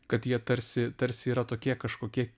kad jie tarsi tarsi yra tokie kažkokie